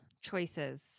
choices